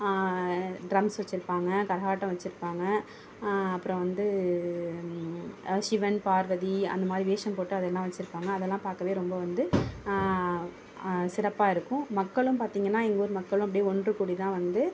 drums வெச்சிருப்பாங்க கரகாட்டம் வெச்சிருப்பாங்க அப்புறம் வந்து அதாவது சிவன் பார்வதி அந்த மாதிரி வேஷம் போட்டு அதெல்லாம் வெச்சிருப்பாங்க அதெல்லாம் பார்க்கவே ரொம்ப வந்து சிறப்பாக இருக்கும் மக்களும் பார்த்திங்கனா எங்கள் ஊர் மக்களும் அப்படியே ஒன்றுக்கூடி தான் வந்து